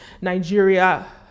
nigeria